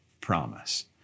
promise